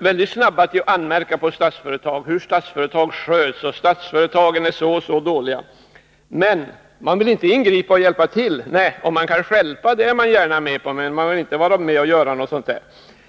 är mycket snara att anmärka på Statsföretag, hur det sköts, att företagen är så dåliga. Men man vill inte hjälpa till. Om man däremot kan stjälpa är man gärna med på det.